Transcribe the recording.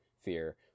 fear